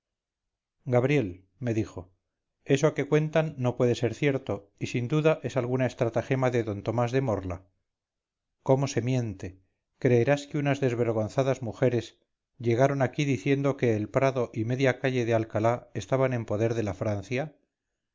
gabriel me dijo eso que cuentan no puede ser cierto y sin duda es alguna estratagema de d tomás de morla cómo se miente creerás que unas desvergonzadas mujeres llegaron aquí diciendo que el prado y media calle de alcalá estaban en poder de la francia